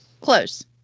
Close